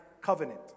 Covenant